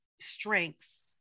strengths